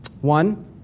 One